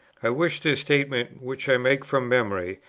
i wish this statement, which i make from memory,